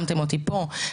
שמתם אותי פה,